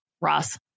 Ross